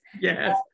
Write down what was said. Yes